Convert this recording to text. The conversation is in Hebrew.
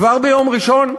כבר ביום ראשון,